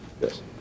yes